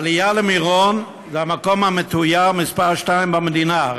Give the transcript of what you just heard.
העלייה למירון, למקום המתויר מספר שתיים במדינה.